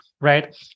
right